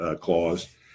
clause